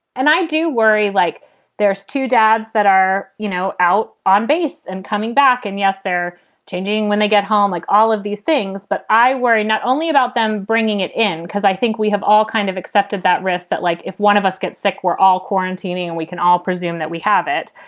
and i do worry like there's two dads that are, you know, out on base and coming back. and, yes, they're changing when they get home like all of these things. but i worry not only about them bringing it in, because i think we have all kind of accepted that risk, that like if one of us gets sick, we're all quarantining and we can all presume that we have it.